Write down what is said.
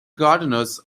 gardeners